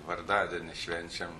vardadienį švenčiam